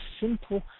simple